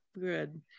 good